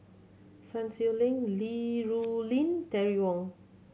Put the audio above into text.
Sun Xueling Li Rulin Terry Wong